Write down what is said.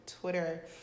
Twitter